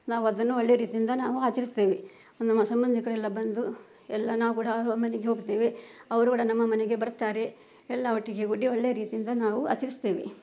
ನಾವದನ್ನು ಒಳ್ಳೆ ರೀತಿಯಿಂದ ನಾವು ಆಚರಿಸ್ತೇವೆ ನಮ್ಮ ಸಂಬಂಧಿಕರೆಲ್ಲ ಬಂದು ಎಲ್ಲ ನಾವು ಕೂಡ ಅವರ ಮನೆಗೆ ಹೋಗ್ತೇವೆ ಅವರು ಕೂಡ ನಮ್ಮ ಮನೆಗೆ ಬರ್ತಾರೆ ಎಲ್ಲ ಒಟ್ಟಿಗೆ ಕೂಡಿ ಒಳ್ಳೆ ರೀತಿಯಿಂದ ನಾವು ಆಚರಿಸ್ತೇವೆ